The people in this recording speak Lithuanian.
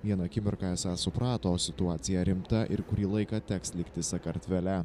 vieną akimirką esą suprato situacija rimta ir kurį laiką teks likti sakartvele